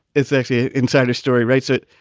it's actually inside a story. writes it.